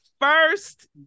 first